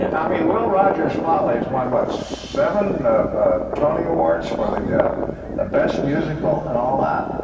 i mean, will rogers follies won what? seven tony awards for the yeah the best musical and all that.